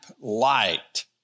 light